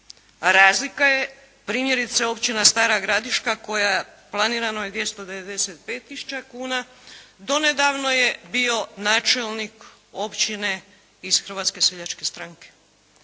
Razlika je primjerice Općina Stara Gradiška koja planirano je 295 tisuća kuna, donedavno je bio načelnik općine iz Hrvatske seljačke stranke.